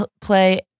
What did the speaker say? play